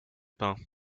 pins